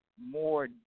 more